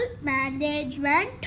management